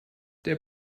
der